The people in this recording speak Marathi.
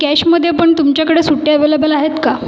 कॅशमध्ये पण तुमच्याकडे सुट्टे अव्हेलेबल आहेत का